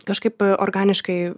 kažkaip organiškai